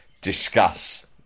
discuss